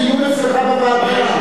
תזמין דיון אצלך בוועדה.